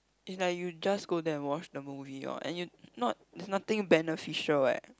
is like you just go there and watch the movie orh and you not is nothing beneficial eh